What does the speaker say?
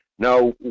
Now